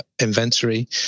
inventory